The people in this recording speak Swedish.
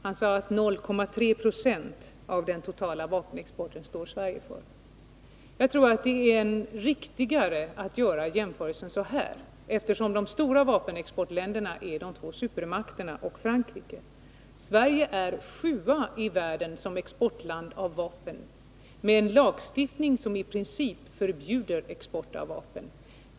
Han sade att Sverige står för 0,3 20 av den totala vapenexporten. Eftersom de stora vapenexportländerna är de två supermakterna och Frankrike tror jag att det är riktigare att göra jämförelsen så här: Sverige är sjua i världen som exportland av vapen — med en lagstiftning som i princip förbjuder vapenexport.